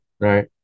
right